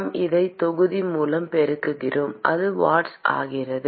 நாம் அதை தொகுதி மூலம் பெருக்குகிறோம் அது வாட்ஸ் ஆகிறது